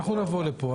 אנחנו נבוא לפה,